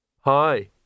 Hi